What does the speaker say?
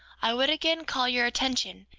i would again call your attention,